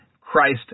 Christ